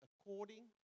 according